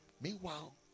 meanwhile